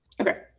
Okay